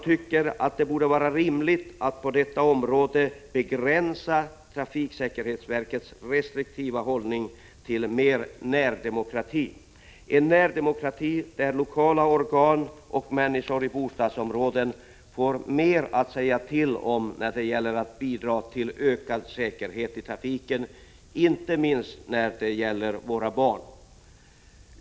Det borde vara rimligt att på detta område begränsa trafiksäkerhetsverkets restriktiva hållning till mer närdemokrati — en närdemokrati där lokala organ och människor i bostadsområden får mer att säga till om när det gäller att bidra till ökad säkerhet i trafiken, inte minst för våra barn.